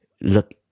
look